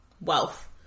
wealth